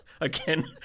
Again